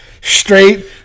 Straight